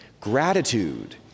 Gratitude